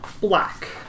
black